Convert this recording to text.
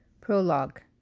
Prologue